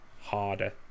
harder